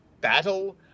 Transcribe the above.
battle